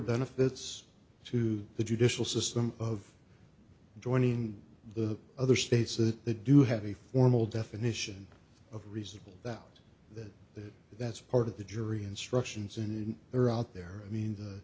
benefits to the judicial system of joining the other states that they do have a formal definition of reasonable doubt that that that's part of the jury instructions in there out there i mean